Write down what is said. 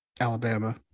alabama